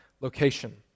location